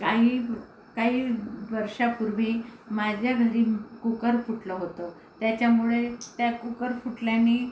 काही काही वर्षापूर्वी माझ्या घरी कुकर फुटलं होतं त्याच्यामुळे त्या कुकर फुटल्याने